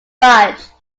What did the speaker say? budge